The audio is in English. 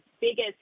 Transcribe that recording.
biggest